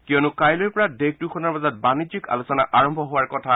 কিয়নো কাইলৈৰ পৰা দেশ দুখনৰ মাজত বাণিজ্যিক আলোচনা আৰম্ভ হোৱাৰ কথা